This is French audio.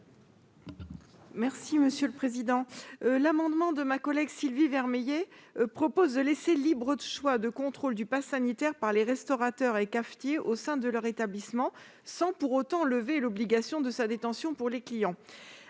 Nadia Sollogoub. Le présent amendement, déposé par ma collègue Sylvie Vermeillet, permet de laisser le libre choix de contrôle du passe sanitaire aux restaurateurs et cafetiers au sein de leur établissement, sans pour autant lever l'obligation de sa détention pour les clients.